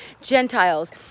Gentiles